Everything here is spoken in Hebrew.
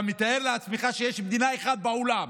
אתה מתאר לעצמך שיש מדינה אחת בעולם